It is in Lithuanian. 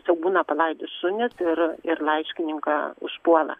tiesiiog būna palaidi šunys ir ir laiškininką užpuola